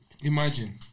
Imagine